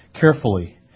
carefully